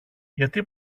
γιατί